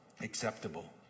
acceptable